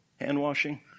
Hand-washing